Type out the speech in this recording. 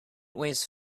weighs